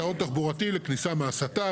פתרון תחבורתי לכניסה מהסטף.